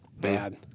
Bad